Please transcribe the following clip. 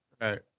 Right